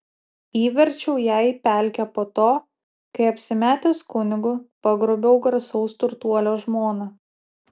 įverčiau ją į pelkę po to kai apsimetęs kunigu pagrobiau garsaus turtuolio žmoną